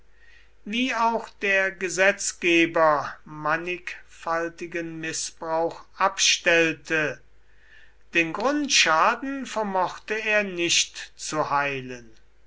wie auch der gesetzgeber mannigfaltigen mißbrauch abstellte den grundschaden vermochte er nicht zu heilen